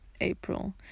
April